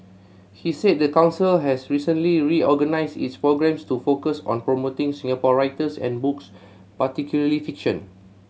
he said the council has recently reorganised its programmes to focus on promoting Singapore writers and books particularly fiction